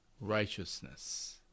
righteousness